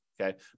Okay